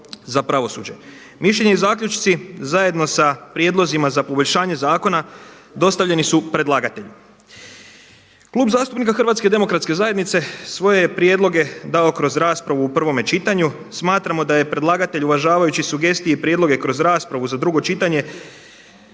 za pravosuđe. Mišljenja i zaključci zajedno sa prijedlozima za poboljšanje zakona dostavljeni su predlagatelju. Klub zastupnika HDZ-a svoje je prijedloge dao kroz raspravu u prvome čitanju. Smatramo da je predlagatelj uvažavajući sugestije i prijedloge kroz raspravu za drugo čitanje